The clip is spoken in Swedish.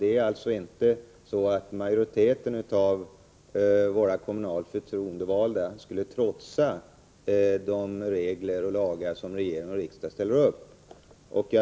Det är alltså inte så att majoriteten av våra kommunalt förtroendevalda skulle trotsa de regler och lagar som regering och riksdag ställt upp.